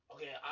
Okay